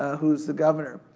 who is the governor.